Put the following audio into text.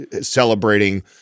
celebrating